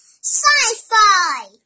sci-fi